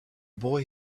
boy